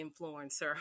influencer